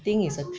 I think is uh